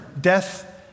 Death